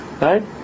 Right